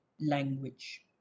language